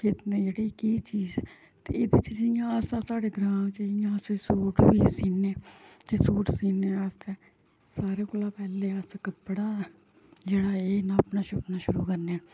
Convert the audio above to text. जेह्ड़ी केह् चीज़ ऐ ते एह्दे च जियां अस साढ़े ग्रांऽ च जियां अस सूट बी सीने ते सूट सीने आस्तै सारे कोला पैह्लें अस कपड़ा जेह्ड़ा एह् नापना शुपना शुरू करने